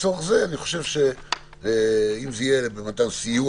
ולצורך זה עדיף "מתן סיוע",